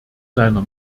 seiner